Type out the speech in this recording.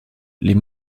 les